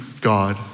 God